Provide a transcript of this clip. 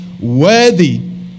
worthy